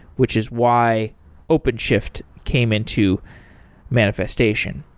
which is why openshift came into manifestation.